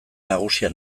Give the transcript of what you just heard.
nagusia